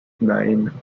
nine